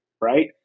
right